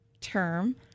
term